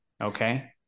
Okay